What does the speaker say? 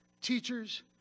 teachers